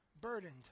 burdened